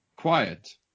quiet